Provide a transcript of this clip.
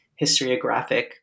historiographic